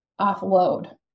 offload